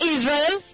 Israel